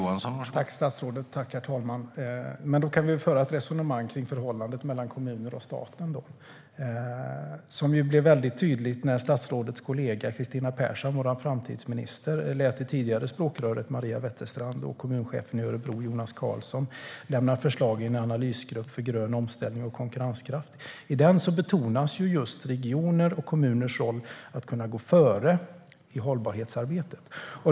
Herr talman! Tack, statsrådet! Då kan vi föra ett resonemang om förhållandet mellan kommuner och staten. Det blev tydligt när statsrådets kollega Kristina Persson, vår framtidsminister, lät det tidigare språkröret Maria Wetterstrand och kommunchefen i Örebro, Jonas Karlsson, lämna förslag i en analysgrupp för grön omställning och konkurrenskraft. I den gruppen betonas regioners och kommuners roll att gå före i hållbarhetsarbetet.